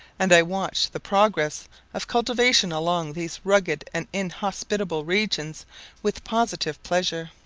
and i watch the progress of cultivation along these rugged and inhospitable regions with positive pleasure.